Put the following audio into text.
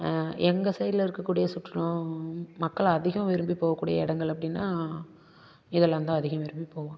எங்கள் சைடுல இருக்கக்கூடிய சுற்றுலா மக்கள் அதிகம் விரும்பி போககூடிய இடங்கள் அப்படின்னா இதுலாந்தான் அதிகம் விரும்பி போவாங்க